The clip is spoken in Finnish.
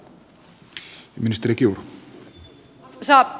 arvoisa puheenjohtaja